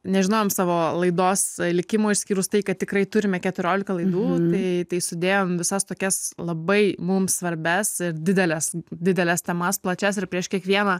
nežinojom savo laidos likimo išskyrus tai kad tikrai turime keturiolika laidų tai tai sudėjom visas tokias labai mums svarbias dideles dideles temas plačias ir prieš kiekvieną